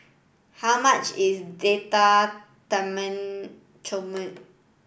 how much is Date Tamarind Chutney